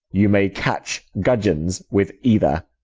you may catch gudgeons with either.